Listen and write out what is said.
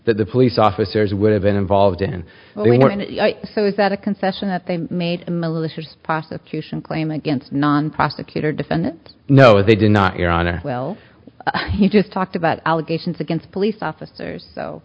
that the police officers would have been involved in doing so is that a concession that they made a malicious prosecution claim against non prosecutor defendant no they did not your honor well he just talked about allegations against police officers so